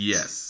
Yes